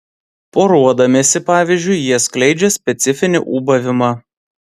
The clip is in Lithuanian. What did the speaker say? poruodamiesi pavyzdžiui jie skleidžia specifinį ūbavimą